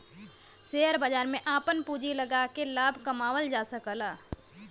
share बाजार में आपन पूँजी लगाके लाभ कमावल जा सकला